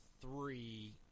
three